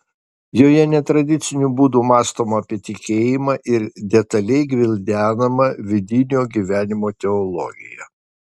joje netradiciniu būdu mąstoma apie tikėjimą ir detaliai gvildenama vidinio gyvenimo teologija